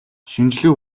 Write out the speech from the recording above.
шинжлэх